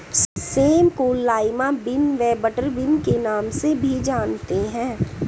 same को lima bean व butter bean के नाम से भी जानते हैं